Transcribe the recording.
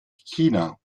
china